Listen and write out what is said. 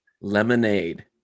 Lemonade